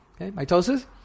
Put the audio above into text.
mitosis